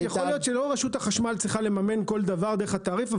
יכול להיות שלא רשות החשמל צריכה לממן כל דבר דרך התעריף,